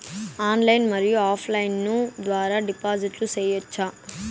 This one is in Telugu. ఆన్లైన్ మరియు ఆఫ్ లైను ద్వారా డిపాజిట్లు సేయొచ్చా?